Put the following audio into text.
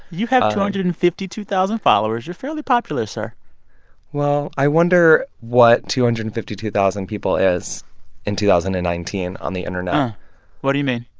you have two hundred and fifty two thousand followers. you're fairly popular, sir well, i wonder what two hundred and fifty two thousand people is in two thousand and nineteen on the internet what do you mean?